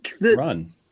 run